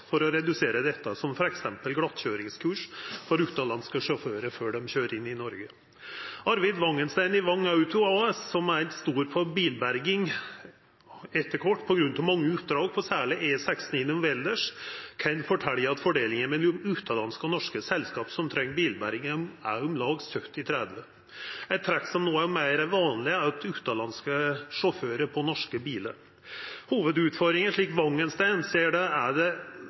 for å redusera det, som f.eks. glattkøyringskurs for utanlandske sjåførar før dei køyrer inn i Noreg. Arve Wangensteen i Vang Auto AS, som etter kvart er vorten stor på bilberging på grunn av mange oppdrag, særleg på E16 gjennom Valdres, kan fortelja at fordelinga mellom utanlandske og norske selskap som treng bilberging, er om lag 70/30. Eit trekk som no er meir vanleg, er at det er utanlandske sjåførar på norske bilar. Hovudutfordringa, slik Wangensteen ser det, er